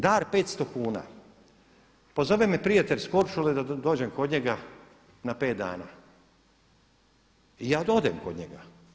Dar 500 kuna, pozove me prijatelj s Korčule da dođem kod njega na pet dana i ja odem kod njega.